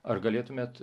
ar galėtumėt